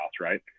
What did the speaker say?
Right